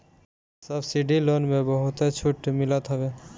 subsidy loan में बहुते छुट मिलत हवे